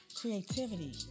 creativity